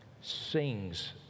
sings